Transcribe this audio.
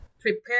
prepare